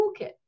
toolkit